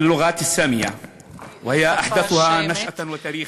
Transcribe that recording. להלן תרגומם הסימולטני לעברית: